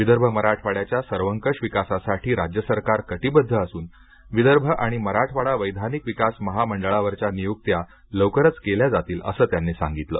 विदर्भ मराठवाड्याच्या सर्वंकष विकासासाठी राज्य सरकार कटिबद्ध असून विदर्भ आणि मराठवाडा वैधानिक विकास महामंडळावरच्या नियूक्त्या लवकरच केल्या जातील असं त्यांनी सांगितलं